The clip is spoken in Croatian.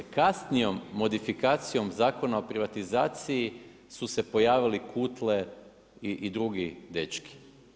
Kasnijom modifikacijom zakona o privatizaciji su se pojavili Kutle i drugi dečki.